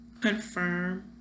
confirm